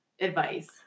advice